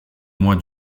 mois